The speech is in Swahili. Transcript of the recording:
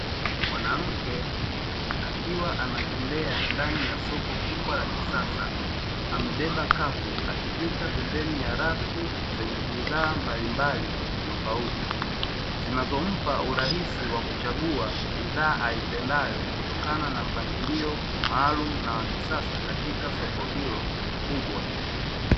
Mwanamke akiwa anatembea ndani ya soko kubwa la kisasa, amebeba kapu akipita pembeni ya rafu zenye bidhaa mbalimbali tofauti. Zinazompa urahisi wa kuchagua bidhaa aipendayo kutokana na mpangilio maalumu na wa kisasa katika soko hilo kubwa.